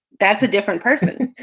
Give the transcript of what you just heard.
that's a different person,